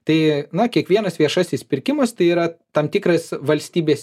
tai na kiekvienas viešasis pirkimas tai yra tam tikras valstybės